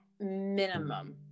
minimum